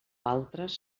altres